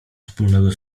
wspólnego